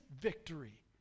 victory